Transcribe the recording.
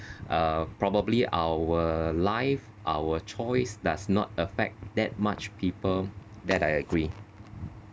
uh probably our life our choice does not affect that much people that I agree